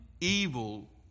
evil